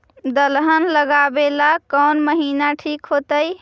दलहन लगाबेला कौन महिना ठिक होतइ?